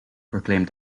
proclaimed